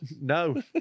No